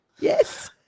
Yes